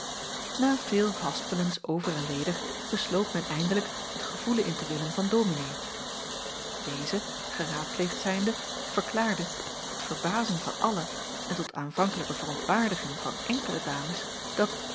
delen haspelens over en weder besloot men eindelijk het gevoelen in te winnen van dominee deze geraadpleegd zijnde verklaarde tot verbazing van alle en tot aanvankelijke verontwaardiging van enkele dames dat